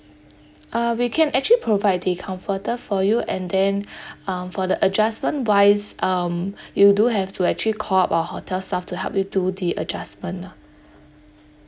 uh we can actually provide the comforter for you and then um for the adjustment wise um you do have to actually call up our hotel staff to help you do the adjustment lah